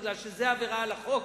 מפני שזאת עבירה על החוק,